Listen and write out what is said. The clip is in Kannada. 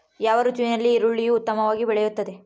ಯಾವ ಋತುವಿನಲ್ಲಿ ಈರುಳ್ಳಿಯು ಉತ್ತಮವಾಗಿ ಬೆಳೆಯುತ್ತದೆ?